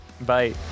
bye